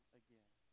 again